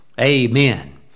amen